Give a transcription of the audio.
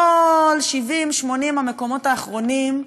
כל 80-70 המקומות האחרונים,